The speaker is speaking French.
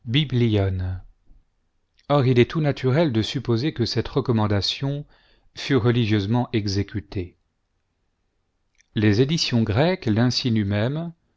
or il est tout naturel de supposer que cette recommandation fut religieusement exécutée les éditions grecques